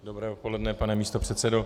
Dobré odpoledne, pane místopředsedo.